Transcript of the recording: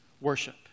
worship